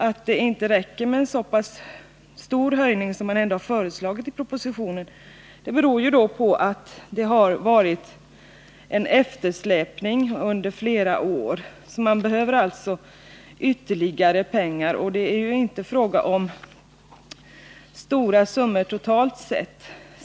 Att det inte räcker med en så pass stor höjning som ändå föreslagits i propositionen beror på att det har varit en eftersläpning under flera år. Man behöver alltså ytterligare pengar. Det är ju inte fråga om stora summor totalt sett.